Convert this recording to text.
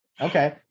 Okay